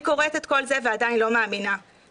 אני קוראת את כל זה ועדיין לא מאמינה שאנחנו,